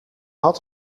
had